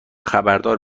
خبردار